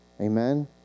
Amen